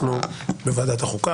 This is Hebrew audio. אנחנו בוועדת החוקה,